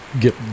get